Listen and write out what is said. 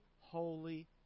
holy